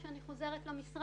כשאני חוזרת למשרד,